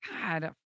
God